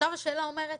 עכשיו השאלה אומרת